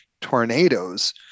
tornadoes